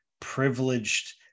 privileged